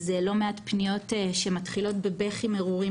יש לא מעט פניות שמתחילות בבכי מרורים